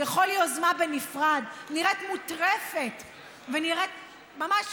וכל יוזמה בנפרד נראית מוטרפת ונראית ממש,